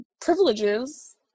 privileges